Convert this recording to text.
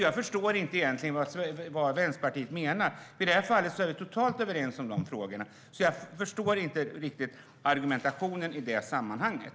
Jag förstår inte vad Vänsterpartiet menar egentligen. Vi är helt överens om de här frågorna. Jag förstår inte riktigt argumentationen i sammanhanget.